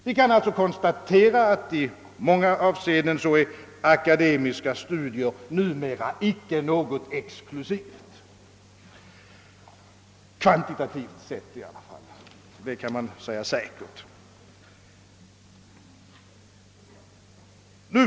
Vi kan alltså konstatera, att akademiska studier i många avseenden numera icke är något exklusivt, i varje fall inte kvantitativt sett.